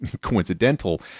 coincidental